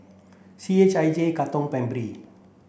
C H I J Katong